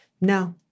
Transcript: no